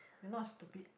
you're not stupid